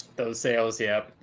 those sales yeah.